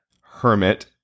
hermit